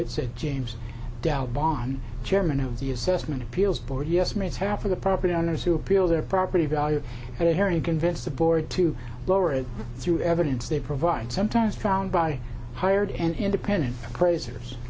it said james doubt bawn chairman of the assessment appeals board yes means half of the property owners who appeal their property value had a hearing convince the board to lower it through evidence they provide sometimes drowned by hired and independent fraser's